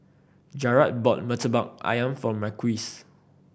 Jarrad bought Murtabak Ayam for Marquise